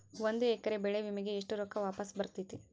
ಒಂದು ಎಕರೆ ಬೆಳೆ ವಿಮೆಗೆ ಎಷ್ಟ ರೊಕ್ಕ ವಾಪಸ್ ಬರತೇತಿ?